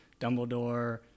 dumbledore